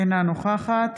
אינה נוכחת